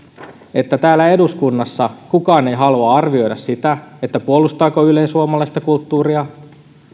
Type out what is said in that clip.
että täällä eduskunnassa kukaan ei halua arvioida sitä puolustaako yle suomalaista kulttuuria